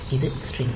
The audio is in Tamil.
இது ஸ்டிரிங்